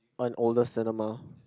an oldest cinema